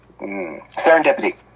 Serendipity